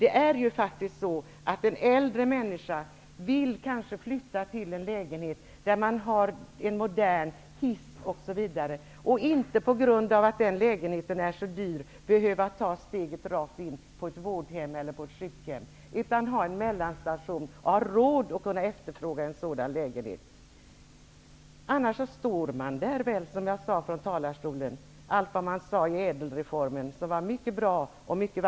En äldre människa kanske vill flytta till en modern lägenhet med hiss osv. Man vill inte behöva ta steget rakt in på ett vårdhem eller ett sjukhem, på grund av att sådana lägenheter är så dyra. Man vill ha en mellanstation, och ha råd att efterfråga en lägenhet av detta slag. Allt det som sades i och med ÄDEL-reformen var bra och vackert.